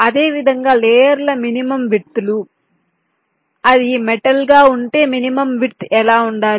అదేవిధంగా లేయర్ల minimum width లు అది మెటల్ గా ఉంటే మినిమం విడ్త్ ఎలా ఉండాలి